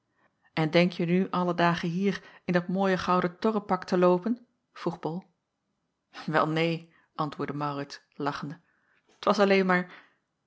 en denkje nu alle dagen hier in dat mooie goudentorrepak te loopen vroeg bol wel neen antwoordde maurits lachende t was alleen maar